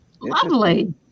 Lovely